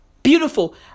Beautiful